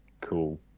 cool